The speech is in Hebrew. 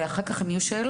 ואחר כך אם יהיו שאלות,